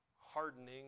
hardening